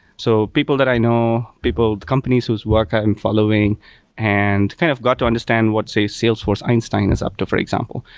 so people that i know, companies whose work i'm following and kind of got to understand what, say, salesforce einstein is up to, for example,